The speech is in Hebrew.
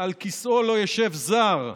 "על כסאו לא ישב זר".